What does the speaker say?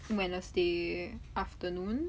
wednesday afternoon